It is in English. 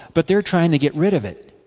but they are trying to get rid of it.